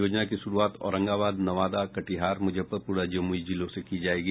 योजना की शुरूआत औरंगाबाद नवादा कटिहार मुजफ्फरपुर और जमुई जिलों से की जायेगी